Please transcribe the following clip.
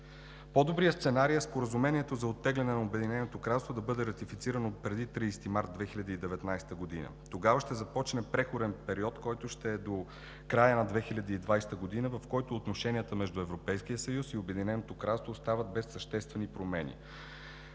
По-добрият сценарий е Споразумението за оттегляне на Обединеното кралство да бъде ратифицирано преди 30 март 2019 г. Тогава ще започне преходен период, който ще е до края на 2020 г., в който отношенията между Европейския съюз и Обединеното кралство остават без съществени промени